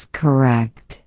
correct